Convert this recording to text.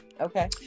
Okay